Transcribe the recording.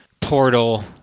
portal